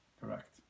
Correct